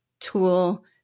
tool